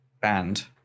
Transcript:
banned